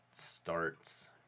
starts